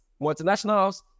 multinationals